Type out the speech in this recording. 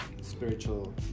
spiritual